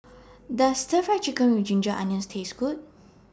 Does Stir Fry Chicken with Ginger Onions Taste Good